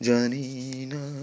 Janina